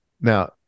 Now